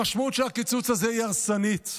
המשמעות של הקיצוץ הזה היא הרסנית.